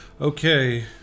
Okay